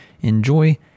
enjoy